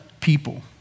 people